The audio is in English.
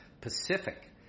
Pacific